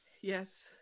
Yes